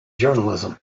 journalism